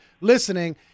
listening